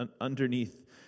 underneath